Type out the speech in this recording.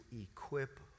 equip